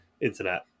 internet